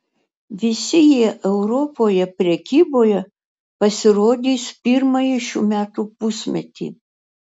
visi jie europoje prekyboje pasirodys pirmąjį šių metų pusmetį